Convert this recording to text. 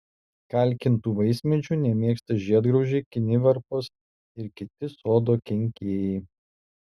kalkintų vaismedžių nemėgsta žiedgraužiai kinivarpos ir kiti sodo kenkėjai